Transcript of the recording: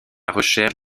recherche